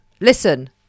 Listen